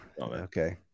okay